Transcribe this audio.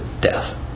death